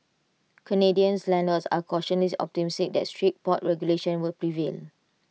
Canadian's landlords are cautiously optimistic that strict pot regulations will prevail